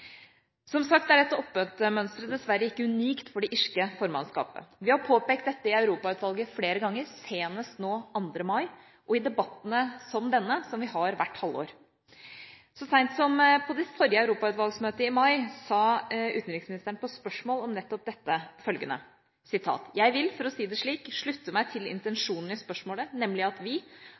Som sagt er dette oppmøtemønsteret dessverre ikke unikt for det irske formannskapet. Vi har påpekt dette i Europautvalget flere ganger, senest nå 2. mai, og i debatter som denne, som vi har hvert halvår. Så sent som på det forrige europautvalgsmøtet i mai, svarte utenriksministeren følgende på spørsmål om nettopp dette: «Men jeg vil, for å si det slik, slutte meg til intensjonen i spørsmålet, nemlig at vi